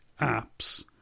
apps